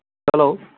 hello